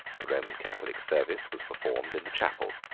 the roman catholic service was performed in the chapel.